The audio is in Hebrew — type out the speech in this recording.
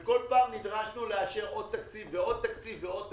וכל פעם נדרשנו לאשר עוד תקציב ועוד תקציב ועוד תקציב.